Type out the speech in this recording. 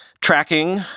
tracking